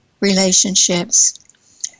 relationships